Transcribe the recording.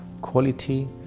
quality